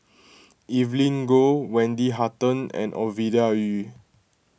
Evelyn Goh Wendy Hutton and Ovidia Yu